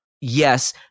Yes